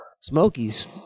Smokies